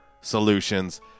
Solutions